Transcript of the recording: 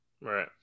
right